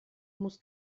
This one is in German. muss